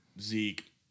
Zeke